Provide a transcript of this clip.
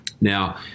Now